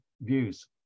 views